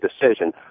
decision